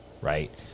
right